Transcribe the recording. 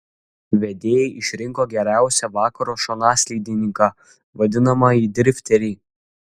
vedėjai išrinko geriausią vakaro šonaslydininką vadinamąjį drifterį